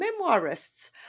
memoirists